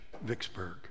Vicksburg